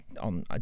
on